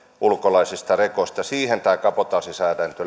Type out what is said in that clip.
ulkolaisista rekoista siihen tämä kabotaasisäädäntö